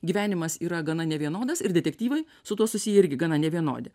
gyvenimas yra gana nevienodas ir detektyvai su tuo susiję irgi gana nevienodi